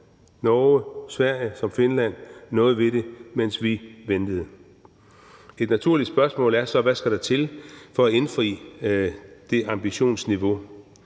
Norge, Sverige og Finland noget ved det, mens vi ventede. Kl. 19:48 Et naturligt spørgsmål er så, hvad der skal til for at indfri det ambitionsniveau.